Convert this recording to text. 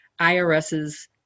IRS's